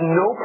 no